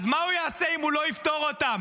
אז מה הוא יעשה אם הוא לא יפטור אותם?